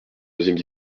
deuxième